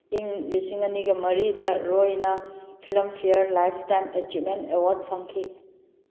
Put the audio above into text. ꯏꯪ ꯂꯤꯁꯤꯡ ꯑꯅꯤꯒ ꯃꯔꯤꯗ ꯔꯣꯏꯅ ꯐꯤꯂꯝꯐꯤꯌꯔ ꯂꯥꯏꯐ ꯇꯥꯏꯝ ꯑꯦꯆꯤꯞꯃꯦꯟ ꯑꯦꯋꯥꯔꯠ ꯐꯪꯈꯤ